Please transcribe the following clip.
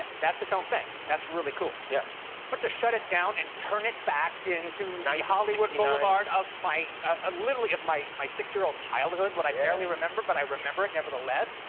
that's its own thing. that's really cool. yeah but to shut it down and turn it back into the hollywood boulevard of my ah literally of my my six year old childhood when i barely remember but i remember it nevertheless,